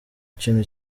kintu